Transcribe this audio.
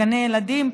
גני ילדים,